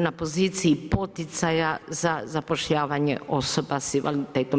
na poziciji poticaja za zapošljavanje osoba s invaliditetom.